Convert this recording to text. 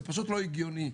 זה פשוט לא הגיוני,